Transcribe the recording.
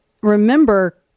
remember